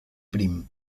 prim